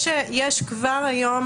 יש כבר היום